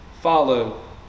follow